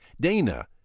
Dana